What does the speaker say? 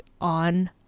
on